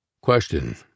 Question